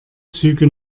züge